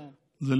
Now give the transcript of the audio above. כן.